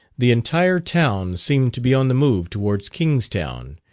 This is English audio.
the entire town seemed to be on the move towards kingstown,